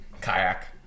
kayak